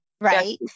Right